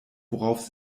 worauf